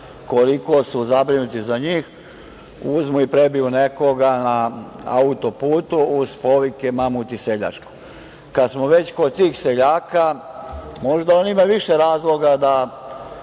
koliko su zabrinuti za njih, uzmu i prebiju nekoga na autoputu uz povike – mamu ti seljačku. Kad smo već kod tih seljaka, možda on ima više razloga da